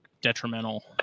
detrimental